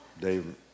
Dave